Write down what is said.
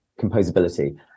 composability